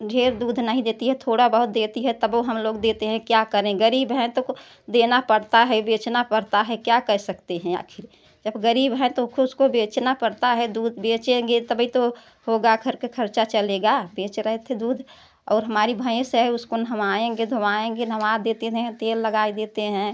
ढेर दूध नहीं देती है थोड़ा बहुत देती है तबौ हम लोग देते हैं क्या करें गरीब हैं तो देना पड़ता है बेचना पड़ता है क्या कर सकते हैं आखिर जब गरीब हैं तो उसको बेचना पड़ता है दूध बेचेंगे तबै तो होगा घर का खर्चा चलेगा बेच रहे थे दूध और हमारी भैंस है उसको नहवाएंगे धोआएंगे नहवा देते हैं तेल लगाए देते हैं